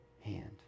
hand